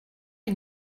est